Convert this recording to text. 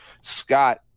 Scott